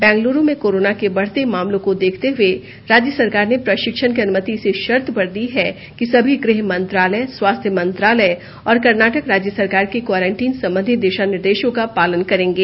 बेंगलूरु में कोरोना के बढ़ते मामलों को देखते हुए राज्य सरकार ने प्रशिक्षण की अनुमति इसी शर्त पर दी है कि सभी गृह मंत्रालय स्वास्थ्य मंत्रालय और कर्नाटक राज्य सरकार के क्वारन्टीन संबंधी दिशानिर्देशों का पालन करेंगे